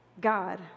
God